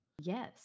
Yes